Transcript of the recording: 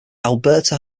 alberta